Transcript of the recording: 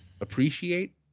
appreciate